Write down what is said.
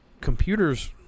Computers